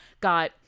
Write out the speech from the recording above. got